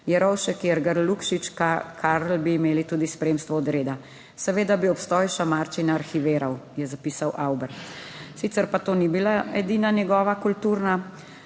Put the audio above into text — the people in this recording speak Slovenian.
Jerovšek, Irgl, Lukšič, Karl bi imeli tudi spremstvo odreda, seveda bi obstoj šamarčine arhiviral," je zapisal Avber. Sicer pa to ni bila edina njegova kulturna